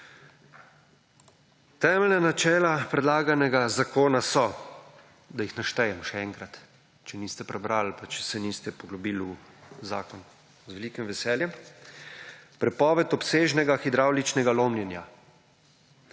temeljna načela predlaganega zakona so – da jih naštejem še enkrat, če niste prebrali pa če se niste poglobili v zakon z velikim veseljem – prepoved obsežnega hidravličnega lomljenja,